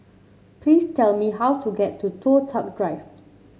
please tell me how to get to Toh Tuck Drive